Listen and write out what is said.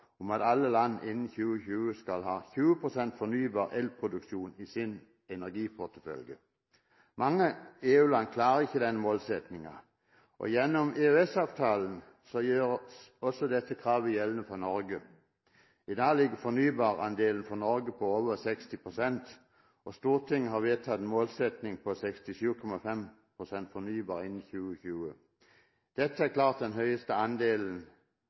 om at alle land innen 2020 skal ha 20 pst. fornybar elproduksjon i sin energiportefølje. Mange EU-land klarer ikke den målsettingen. Gjennom EØS-avtalen gjøres også dette kravet gjeldende for Norge. I dag ligger fornybarandelen for Norge på over 60 pst., og Stortinget har vedtatt en målsetting på 67,5 pst. fornybar innen 2020. Dette er klart den høyeste andelen